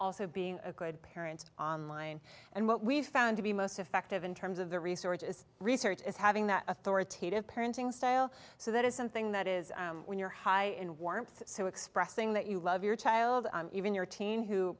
also being a good parent online and what we found to be most effective in terms of the research is research is having that authoritative parenting style so that is something that is when you're high in warmth so expressing that you love your child even your teen who